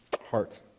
heart